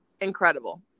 incredible